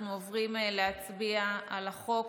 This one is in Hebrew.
אנחנו עוברים להצביע על החוק